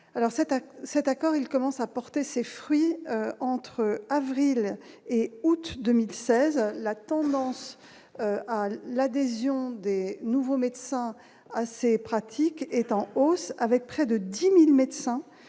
cet accord, il commence à porter ses fruits, entre avril et août 2016, la tendance à l'adhésion des nouveaux médecins assez pratique est en hausse, avec près de 10000 médecins